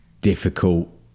difficult